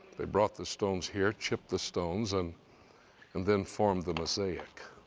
they brought the stones here, chipped the stones and, and then formed the mosaic.